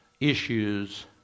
issues